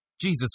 Jesus